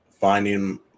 finding